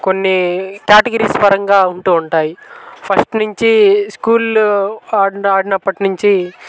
కొన్ని క్యాటగిరీస్ పరంగా ఉంటూ ఉంటాయి ఫస్ట్ నుంచి స్కూల్లో ఆడిన ఆడినప్పటి నుంచి